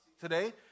today